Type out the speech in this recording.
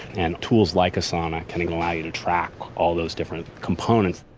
and tools like asana can allow you to track all those different components